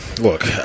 look